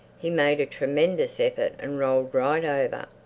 he made a tremendous effort and rolled right over.